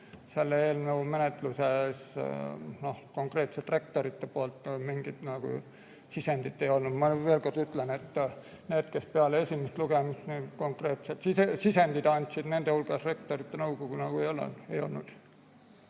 Selle eelnõu menetluses konkreetselt rektorite poolt mingit sisendit ei olnud. Ma veel kord ütlen, et nende hulgas, kes peale esimest lugemist konkreetset sisendit andsid, Rektorite Nõukogu ei olnud.